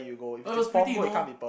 but it was pretty you know